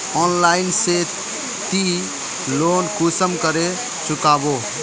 Online से ती loan कुंसम करे चुकाबो?